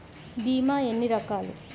భీమ ఎన్ని రకాలు?